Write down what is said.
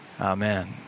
amen